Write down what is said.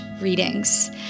readings